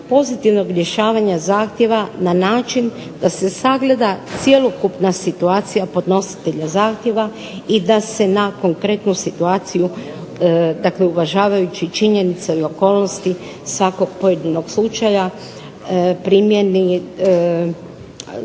pozitivnog rješavanja zahtjeva na način da se sagleda cjelokupna situacija podnositelja zahtjeva i da se na konkretnu situaciju dakle uvažavajući činjenice i okolnosti svakog pojedinog slučaja primijeni